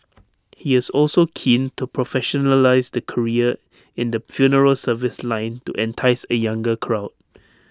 he is also keen to professionalise the career in the funeral service line to entice A younger crowd